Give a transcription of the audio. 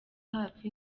hafi